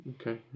Okay